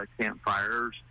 campfires